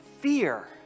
fear